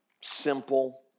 simple